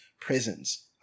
prisons